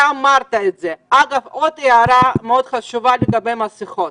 אגב, עוד הערה לגבי המסיכות.